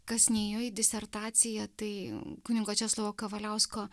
kas neįėjo disertaciją tai kunigo česlovo kavaliausko